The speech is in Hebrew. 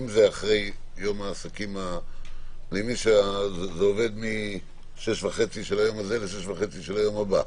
אני מבין שזה בין 18:30 של היום הזה לבין 18:30 של היום הבא.